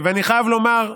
ואני חייב לומר,